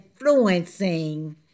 influencing